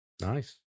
nice